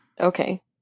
Okay